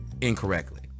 incorrectly